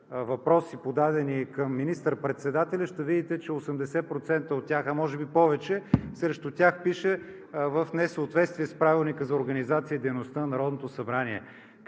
„Въпроси, подадени към министър-председателя“, ще видите, че срещу 80% от тях, а може би и повече, пише: „В несъответствие с Правилника за организацията и дейността на Народното събрание.“